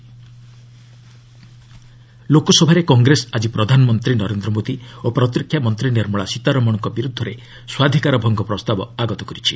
Lok Sabha privilege motion ଲୋକସଭାରେ କଂଗ୍ରେସ ଆଜି ପ୍ରଧାନମନ୍ତ୍ରୀ ନରେନ୍ଦ୍ର ମୋଦି ଓ ପ୍ରତିରକ୍ଷା ମନ୍ତ୍ରୀ ନିର୍ମଳା ସୀତାରମଣଙ୍କ ବିରୁଦ୍ଧରେ ସ୍ୱାଧିକାର ଭଙ୍ଗ ପ୍ରସ୍ତାବ ଆଗତ କରିଛି